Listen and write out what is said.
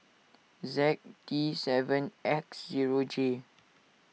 Z T seven X zero J